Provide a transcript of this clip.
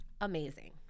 Amazing